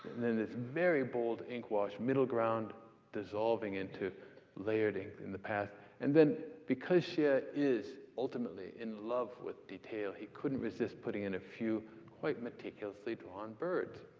and then this very bold ink wash middle ground dissolving into layered ink in the path. and then because xie yeah is ultimately in love with detail, he couldn't resist putting in a few quite meticulously drawn birds.